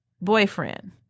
boyfriend